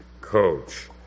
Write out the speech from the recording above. coach